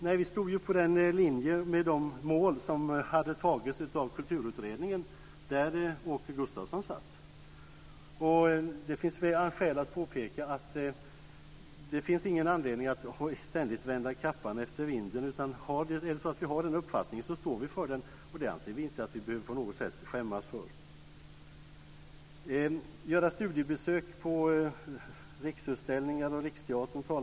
Nej, vi stod på den linje med de mål som hade antagits av Kulturutredningen där Åke Gustavsson satt med. Det finns flera skäl att påpeka att det finns ingen anledning att ständigt vända kappan efter vinden. Om vi har en uppfattning står vi för den. Vi anser inte att vi på något sätt behöver skämmas för den. Det talas också här om att göra studiebesök på Riksutställningar och Riksteatern.